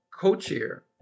co-chair